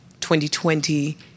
2020